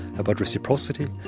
about reciprocity,